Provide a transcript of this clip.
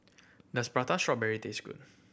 does Prata Strawberry taste good